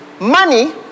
Money